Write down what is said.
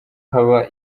haba